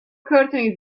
curtain